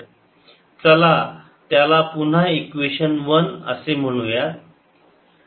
चला त्याला पुन्हा इक्वेशन वन असे म्हणूयात